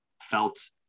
felt